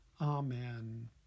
Amen